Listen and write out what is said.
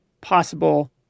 possible